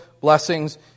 blessings